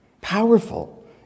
powerful